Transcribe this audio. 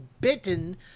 bitten